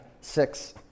six